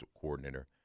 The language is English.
coordinator